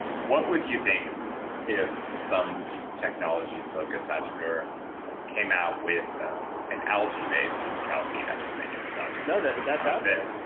what would you think if some technology focused entrepreneur came out with an algae based cow feed? i'm just making this up. no, that's out there.